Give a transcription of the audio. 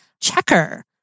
Checker